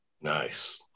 nice